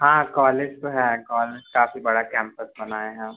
हाँ कॉलेज तो है कॉलेज काफ़ी बड़ा कैंपस बना है यहाँ